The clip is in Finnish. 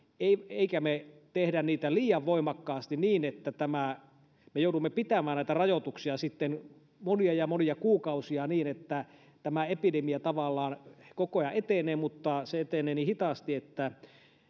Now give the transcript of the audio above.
emmekä me tee niitä liian voimakkaasti niin että me joudumme pitämään näitä rajoituksia sitten monia ja monia kuukausia niin että tämä epidemia tavallaan koko ajan etenee mutta se etenee niin hitaasti että